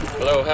Hello